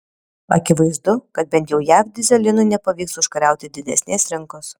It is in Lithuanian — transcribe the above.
akivaizdu kad bent jau jav dyzelinui nepavyks užkariauti didesnės rinkos